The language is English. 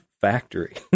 factory